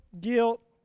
guilt